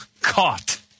caught